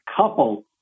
couple